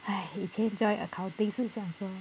!hais! 以前 join accounting 是想说